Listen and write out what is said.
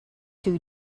two